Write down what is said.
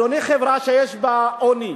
אדוני, חברה שיש בה עוני,